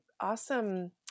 awesome